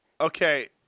Okay